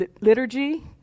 liturgy